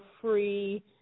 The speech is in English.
free